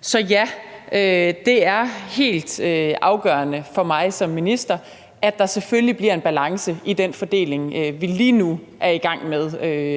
Så ja, det er helt afgørende for mig som minister, at der selvfølgelig bliver en balance i den fordeling, vi lige nu er i gang med